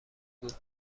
بود